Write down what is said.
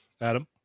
Adam